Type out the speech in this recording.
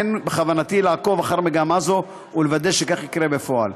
בכוונתי לעקוב אחר מגמה זו ולוודא שכך יקרה בפועל.